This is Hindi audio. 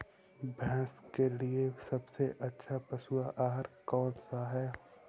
भैंस के लिए सबसे अच्छा पशु आहार कौन सा है?